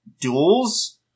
duels